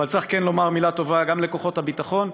אבל צריך כן לומר מילה טובה גם לכוחות הביטחון.